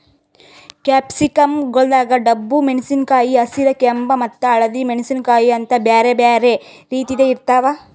capsicum ಗೊಳ್ದಾಗ್ ಡಬ್ಬು ಮೆಣಸಿನಕಾಯಿ, ಹಸಿರ, ಕೆಂಪ ಮತ್ತ ಹಳದಿ ಮೆಣಸಿನಕಾಯಿ ಅಂತ್ ಬ್ಯಾರೆ ಬ್ಯಾರೆ ರೀತಿದ್ ಇರ್ತಾವ್